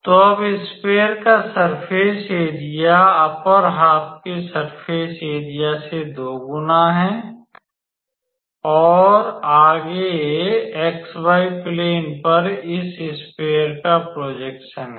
तो अब स्फेयर का सर्फ़ेस एरिया अपर हाफ के सर्फ़ेस एरिया से दोगुना है और आगे xy प्लेन पर इस स्फेयर का प्रोजेक्सन है